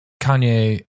kanye